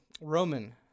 roman